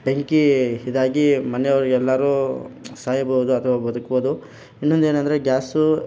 ಬೆಂಕಿ ಇದಾಗಿ ಮನೆಯವರಿಗೆಲ್ಲಾರೂ ಸಾಯಬೋದು ಅಥವಾ ಬದುಕ್ಬೋದು ಇನ್ನೊಂದೇನಂದರೆ ಗ್ಯಾಸು